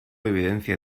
evidencia